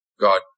God